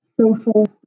social